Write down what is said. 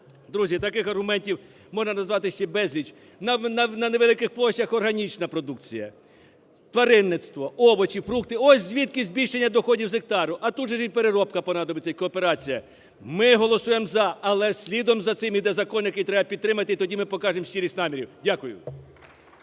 Друзі, таких аргументів можна назвати ще безліч. На невеликих площах органічна продукція, тваринництво, овочі, фрукти, ось звідки збільшення доходів з гектару, а тут же ж і переробка понадобиться і кооперація. Ми голосуємо "за", але слідом за цим іде закон, який треба підтримати, і тоді ми покажемо щирість намірів. Дякую.